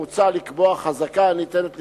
מוצע לקבוע חזקה הניתנת לסתירה,